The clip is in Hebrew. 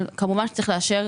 כמובן צריך לאשר.